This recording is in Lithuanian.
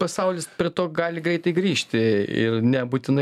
pasaulis prie to gali greitai grįžti ir nebūtinai